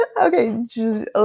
okay